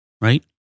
Right